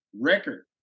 record